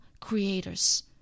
creators